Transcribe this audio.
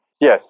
Yes